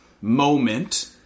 moment